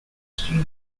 studio